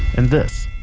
and this